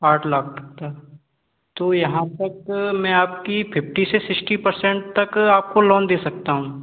आठ लाख तक तो यहाँ तक मैं आपकी फिफ्टी से सिस्टी पर्सेंट तक आपको लोन दे सकता हूँ